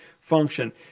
function